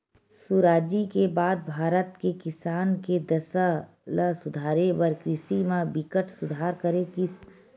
सुराजी के बाद भारत के किसान के दसा ल सुधारे बर कृषि म बिकट सुधार करे गिस